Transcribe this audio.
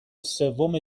سوم